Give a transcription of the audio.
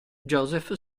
josef